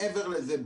מעבר לזה,